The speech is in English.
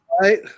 right